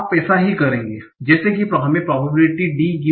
आप ऐसा ही करेंगे जैसे कि हमें प्रोबेबिलिटी D